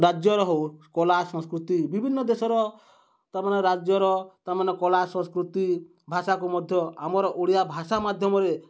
ରାଜ୍ୟର ହଉ କଲା ସଂସ୍କୃତି ବିଭିନ୍ନ ଦେଶର ତାମାନେ ରାଜ୍ୟର ତାମାନେ କଲା ସଂସ୍କୃତି ଭାଷାକୁ ମଧ୍ୟ ଆମର ଓଡ଼ିଆ ଭାଷା ମାଧ୍ୟମରେ